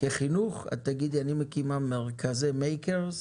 את תגידי, אני מקימה מרכזי מייקרס,